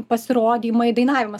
pasirodymai dainavimas